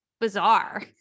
bizarre